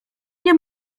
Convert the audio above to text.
nie